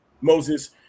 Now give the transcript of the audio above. Moses